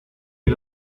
que